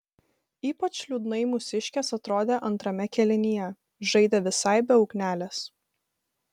ypač liūdnai mūsiškės atrodė antrame kėlinyje žaidė visai be ugnelės